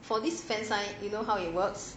for this fansign line you know how it works